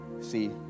See